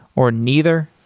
or neither?